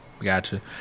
Gotcha